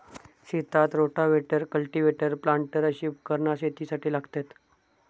शेतात rotavator, cultivator, planter अशी उपकरणा शेतीसाठी लागतत